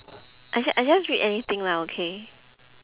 I ju~ I just read anything lah okay